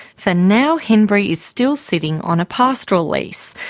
for now, henbury is still sitting on a pastoral lease,